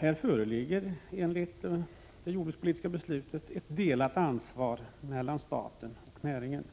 Här föreligger enligt det jordbrukspolitiska beslutet ett delat ansvar mellan staten och näringen.